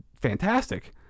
fantastic